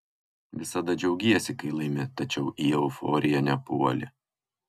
visada džiaugiesi kai laimi tačiau į euforiją nepuoli